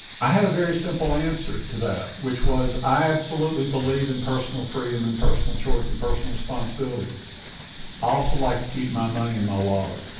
i had a very simple answer to that, which was i absolutely believe in personal freedom and personal choice and personal responsibility. i also like to keep my money in my wallet.